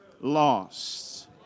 lost